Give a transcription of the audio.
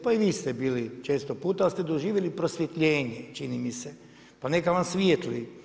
Pa i vi ste bili često puta, ali ste doživjeli prosvjetljenje čini mi se, pa neka vam svijetli.